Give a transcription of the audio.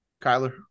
Kyler